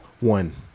one